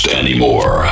anymore